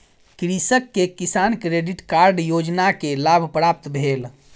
कृषक के Kisan credit card योजना के लाभ प्राप्त भेल